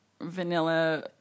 vanilla